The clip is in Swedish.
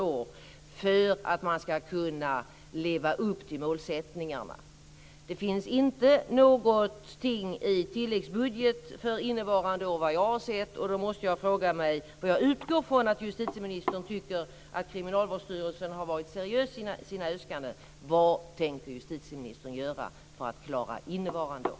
Kom ihåg att det man har levt på, anslagssparandet, är borta. Det finns inte någonting i tilläggsbudgeten för innevarande år, såvitt jag har sett, och då måste jag fråga, för jag utgår från att justitieministern tycker att Kriminalvårdsstyrelsen har varit seriös i sina äskanden: Vad tänker justitieministern göra för att klara innevarande år?